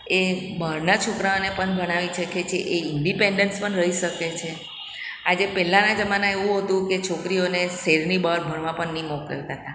એ બહારનાં છોકરાઓને પણ ભણાવી શકે છે એ ઇન્ડિપેન્ડન્સ પણ રહી શકે છે આજે પહેલાંના જમાના એવું હતું કે છોકરીઓને શહેરની બહાર ભણવા પણ નહીં મોકલતા હતા